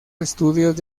estudios